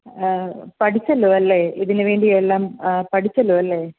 പഠിച്ചല്ലോ അല്ലേ ഇതിന് വേണ്ടി എല്ലാം പഠിച്ചല്ലോ അല്ലേ